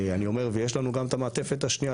אני אומר ויש לנו גם את המעטפת השנייה,